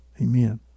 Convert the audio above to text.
amen